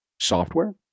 software